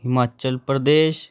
Himachal Pradesh